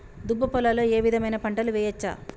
దుబ్బ పొలాల్లో ఏ విధమైన పంటలు వేయచ్చా?